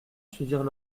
suivirent